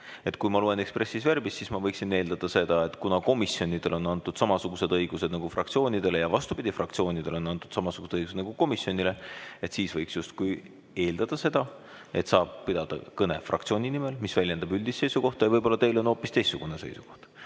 Kui ma loenexpressis verbis, siis ma võiksin eeldada seda, et kuna komisjonidele on antud samasugused õigused nagu fraktsioonidele ja vastupidi, fraktsioonidele on antud samasugused õigused nagu komisjonile, siis võiks justkui eeldada seda, et saab pidada kõne fraktsiooni nimel, mis väljendab üldist seisukohta, ja võib-olla teil on hoopis teistsugune seisukoht.